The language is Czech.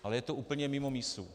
Ale je to úplně mimo mísu.